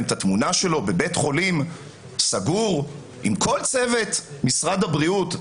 את התמונה שלו בבית חולים סגור עם כל צוות משרד הבריאות.